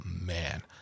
man